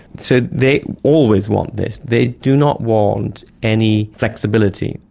so they always want this. they do not want any flexibility,